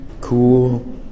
cool